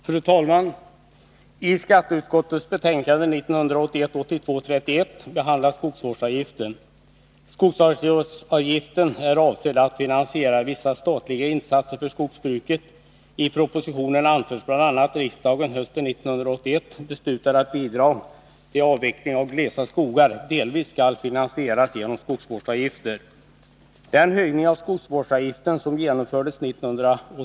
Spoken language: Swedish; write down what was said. Fru talman! I skatteutskottets betänkande 1981/82:31 behandlas skogsvårdsavgiften. Skogsvårdsavgiften är avsedd att finansiera vissa statliga insatser för skogsbruket. I propositionen anförs bl.a. att riksdagen hösten 1981 beslutade att bidrag till avveckling av glesa skogar skall finansieras delvis genom skogsvårdsavgifter.